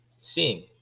seeing